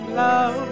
love